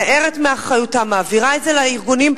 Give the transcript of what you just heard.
שמתנערת מאחריותה, מעבירה את זה לארגונים.